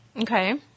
Okay